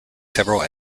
several